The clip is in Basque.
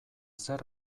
zer